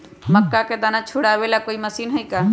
मक्का के दाना छुराबे ला कोई मशीन हई का?